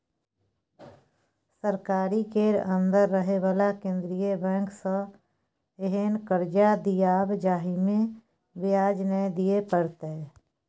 सरकारी केर अंदर रहे बला केंद्रीय बैंक सँ एहेन कर्जा दियाएब जाहिमे ब्याज नै दिए परतै